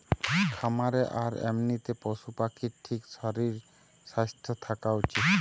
খামারে আর এমনিতে পশু পাখির ঠিক শরীর স্বাস্থ্য থাকা উচিত